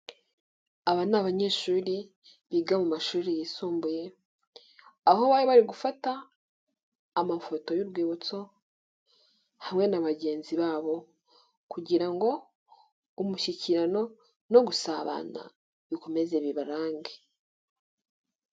Aba n'abanyeshuri biga mu mashuri yisumbuye aho bari bari gufata amafoto y'urwibutso hamwe na bagenzi babo, kugira ngo umushyikirano no gusabana bikomeze bibarange.